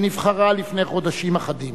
שנבחרה לפני חודשים אחדים.